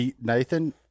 Nathan